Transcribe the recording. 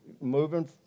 moving